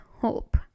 hope